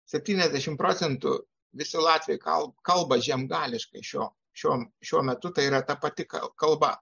septyniasdešimt procentų proc visi latviai kalb kalba žiemgališkai šio šiuom šiuo metu tai yra ta pati kal kalba